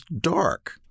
dark